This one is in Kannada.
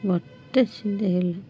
ಒಟ್ಟು